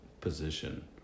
position